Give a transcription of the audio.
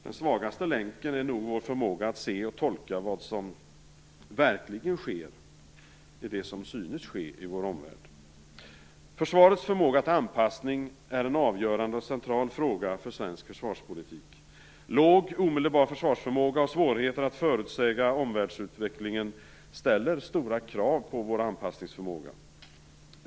Den svagaste länken är nog vår förmåga att se och tolka vad som verkligen sker i det som synes ske i vår omvärld. Försvarets förmåga till anpassning är en avgörande och central fråga för svensk försvarspolitik. Låg omedelbar försvarsförmåga och svårigheter att förutsäga omvärldsutvecklingen ställer stora krav på anpassningsförmåga.